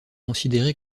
considéré